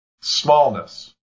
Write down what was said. smallness